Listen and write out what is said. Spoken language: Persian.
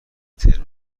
ترم